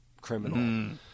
criminal